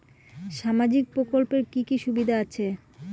সামাজিক প্রকল্পের কি কি সুবিধা আছে?